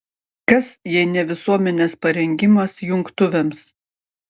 kas jei ne visuomenės parengimas jungtuvėms